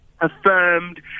affirmed